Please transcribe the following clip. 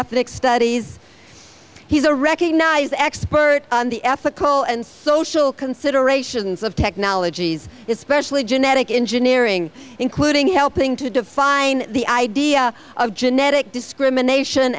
ethnic studies he's a recognized expert on the ethical and social considerations of technologies it specially genetic engineering including helping to define the idea of genetic discrimination